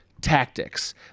tactics